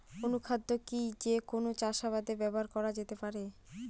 অনুখাদ্য কি যে কোন চাষাবাদে ব্যবহার করা যেতে পারে?